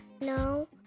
No